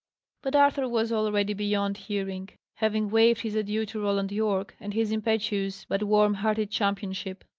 but arthur was already beyond hearing, having waved his adieu to roland yorke and his impetuous but warm-hearted championship.